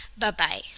Bye-bye